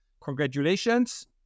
congratulations